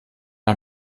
ein